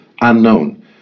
unknown